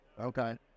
Okay